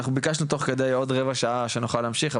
אנחנו ביקשנו תוך כדי הדיון עוד רבע שעה שנוכל להמשיך.